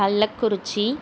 Kallakurichi